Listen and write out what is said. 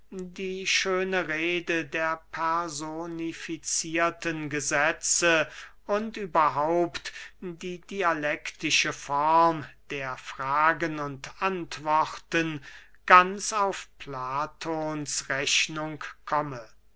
die schöne rede der personificierten gesetze und überhaupt die dialektische form der fragen und antworten ganz auf platons rechnung komme